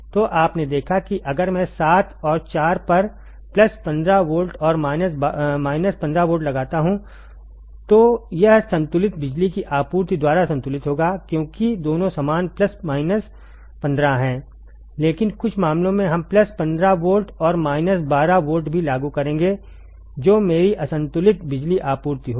तो आपने देखा है कि अगर मैं 7 और 4 पर प्लस 15 वोल्ट और माइनस 15 वोल्ट लगाता हूँ तो यह संतुलित बिजली की आपूर्ति द्वारा संतुलित होगा क्योंकि दोनों समान प्लस 15 माइनस 15 हैं लेकिन कुछ मामलों में हम प्लस 15 वोल्ट और माइनस 12 वोल्ट भी लागू करेंगे जो मेरी असंतुलित बिजली आपूर्ति होगी